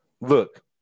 Look